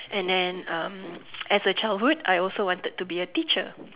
and then um as a childhood I also wanted to be a teacher